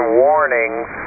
warnings